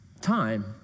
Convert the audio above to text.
Time